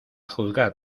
juzgar